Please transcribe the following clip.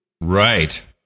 Right